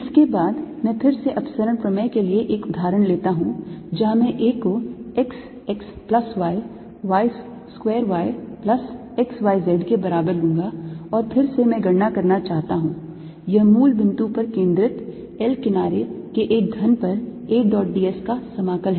इसके बाद मैं फिर से अपसरण प्रमेय के लिए एक उदाहरण लेता हूं जहां मैं A को x x plus y square y plus x y z के बराबर लूंगा और फिर से मैं गणना करना चाहता हूं यह मूल बिंदु पर केन्द्रित L किनारे के एक घन पर A dot d s का समाकल है